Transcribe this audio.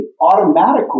automatically